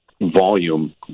volume